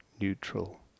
Neutral